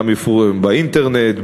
גם באינטרנט,